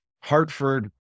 Hartford